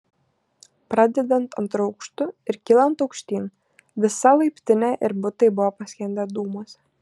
pradedant antru aukštu ir kylant aukštyn visa laiptinė ir butai buvo paskendę dūmuose